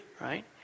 right